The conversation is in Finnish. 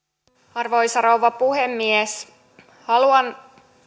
arvoisa rouva puhemies haluan